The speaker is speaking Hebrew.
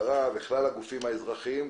המשטרה וכלל הגופים האזרחיים,